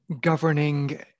governing